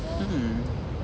mm